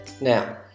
Now